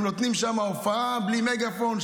הם נותנים שם הופעה בלי מגפון,